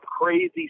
crazy